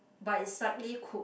but is slightly cook